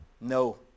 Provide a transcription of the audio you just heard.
No